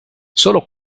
solo